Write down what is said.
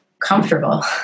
comfortable